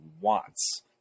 wants